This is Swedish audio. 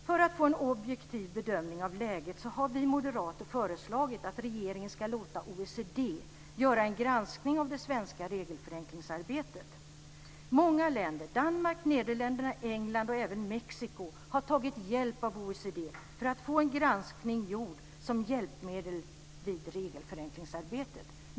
För att få en objektiv bedömning av läget har vi moderater föreslagit att regeringen ska låta OECD göra en granskning av det svenska regelförenklingsarbetet. Många länder, Danmark, Nederländerna, England och Mexiko har tagit hjälp av OECD för att få en granskning gjord som ett hjälpmedel i regelförenklingsarbetet.